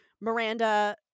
Miranda